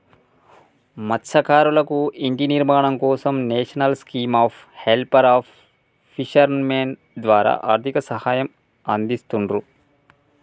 మత్స్యకారులకు ఇంటి నిర్మాణం కోసం national scheme of welfare of fishermen ద్వారా ఆర్థిక సహాయం అందిస్తున్రు